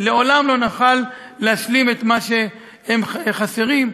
לעולם לא נוכל להשלים את מה שהם חסרים,